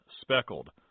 speckled